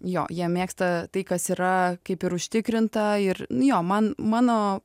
jo jie mėgsta tai kas yra kaip ir užtikrinta ir jo man mano